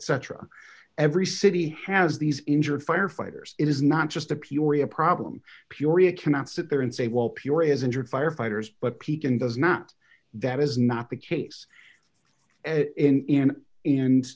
cetera every city has these injured firefighters it is not just a peoria problem purina cannot sit there and say well pure as injured firefighters but pekin does not that is not the case and and and